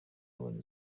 yabonye